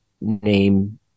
name